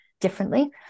differently